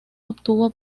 obtuvo